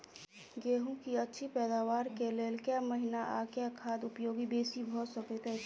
गेंहूँ की अछि पैदावार केँ लेल केँ महीना आ केँ खाद उपयोगी बेसी भऽ सकैत अछि?